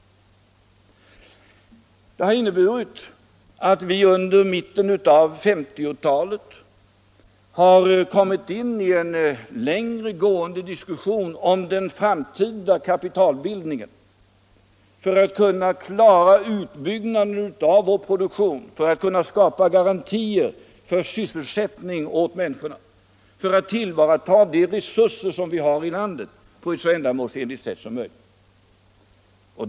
Det har inneburit att vi under mitten av 1950-talet har kommit in i en längre gående diskussion om den framtida kapitalbildningen för att kunna klara utbyggnaden av vår produktion, för att kunna skapa garantier för sysselsättning åt människorna, för att tillvarata de resurser som vi har i landet på ett så ändamålsenligt sätt som möjligt.